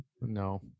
No